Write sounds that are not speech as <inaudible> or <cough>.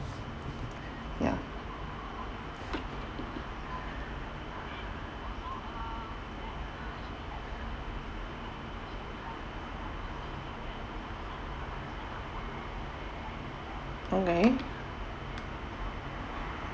<breath> ya okay